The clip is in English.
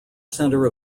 centre